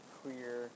clear